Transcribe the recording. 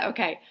Okay